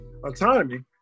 Autonomy